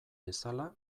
bezala